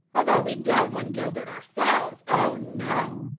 although we don't want gilbert ourselves, oh, no,